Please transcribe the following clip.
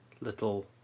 little